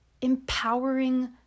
empowering